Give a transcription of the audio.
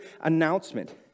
announcement